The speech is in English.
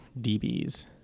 DBs